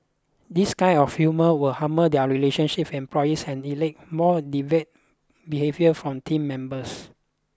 this kind of humour will harm their relationship with employees and elicit more deviant behaviour from team members